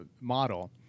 model